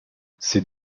ces